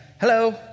hello